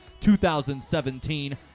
2017